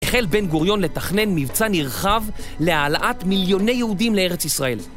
החל בן גוריון לתכנן מבצע נרחב להעלאת מיליוני יהודים לארץ ישראל